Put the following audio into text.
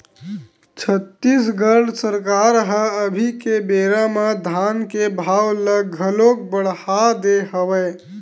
छत्तीसगढ़ सरकार ह अभी के बेरा म धान के भाव ल घलोक बड़हा दे हवय